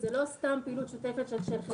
זאת לא סתם פעולה שוטפת של הרווחה ומשרד הבריאות.